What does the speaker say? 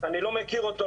אני לא מכיר אותו,